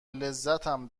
لذتم